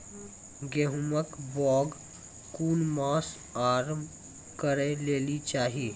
गेहूँमक बौग कून मांस मअ करै लेली चाही?